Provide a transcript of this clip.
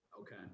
Okay